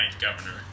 governor